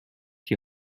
die